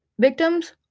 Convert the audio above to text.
Victims